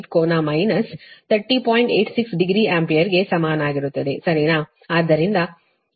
86 degree ಆಂಪಿಯರ್ಗೆ ಸಮಾನವಾಗಿರುತ್ತದೆ ಸರಿನಾ